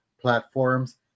platforms